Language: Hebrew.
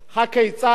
הכיצד?